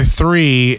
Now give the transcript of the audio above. three